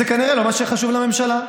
זה כנראה לא מה שחשוב לממשלה.